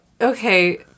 okay